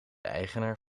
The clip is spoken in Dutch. eigenaar